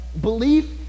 belief